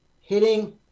hitting